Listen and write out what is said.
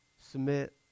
submit